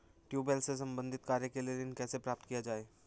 Tubewell से संबंधित कार्य के लिए ऋण कैसे प्राप्त किया जाए?